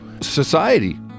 society